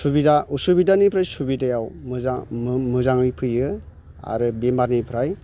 सुबिदा उसुबिदानिफ्राय सुबिदायाव मोजां मो मोजाङै फैयो आरो बेमारनिफ्राय